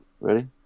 Ready